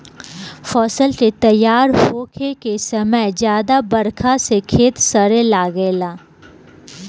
फसल के तइयार होखे के समय ज्यादा बरखा से खेत सड़े लागेला